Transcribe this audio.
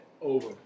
Over